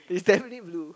is definitely blue